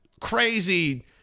crazy